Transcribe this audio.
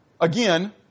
Again